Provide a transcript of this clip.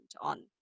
on